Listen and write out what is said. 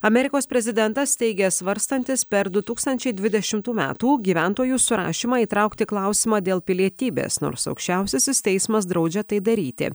amerikos prezidentas teigia svarstantis per du tūkstančiai dvidešimtų metų gyventojų surašymą įtraukti klausimą dėl pilietybės nors aukščiausiasis teismas draudžia tai daryti